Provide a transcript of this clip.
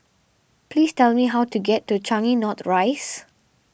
please tell me how to get to Changi North Rise